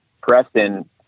Preston